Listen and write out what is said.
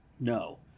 No